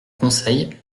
conseil